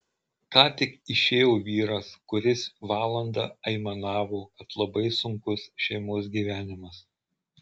ką tik išėjo vyras kuris valandą aimanavo kad labai sunkus šeimos gyvenimas